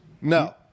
No